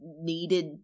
needed